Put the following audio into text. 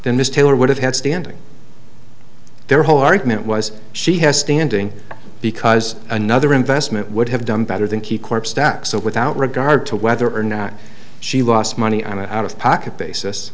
this taylor would have had standing their whole argument was she has standing because another investment would have done better than key corp stock so without regard to whether or not she lost money on an out of pocket basis